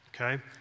okay